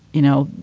you know,